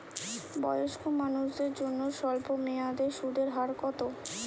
বয়স্ক মানুষদের জন্য স্বল্প মেয়াদে সুদের হার কত?